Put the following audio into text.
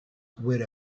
with